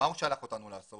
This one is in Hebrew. הוא שלח אותנו לעשות?